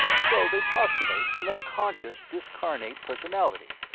so they postulate an unconscious discarnate personality,